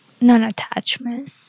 non-attachment